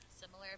similar